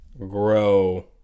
grow